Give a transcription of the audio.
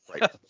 right